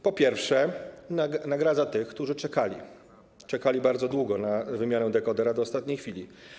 Po pierwsze, nagradza tych, którzy czekali bardzo długo na wymianę dekodera, do ostatniej chwili.